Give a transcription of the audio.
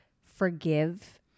forgive